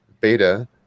Beta